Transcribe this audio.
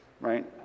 right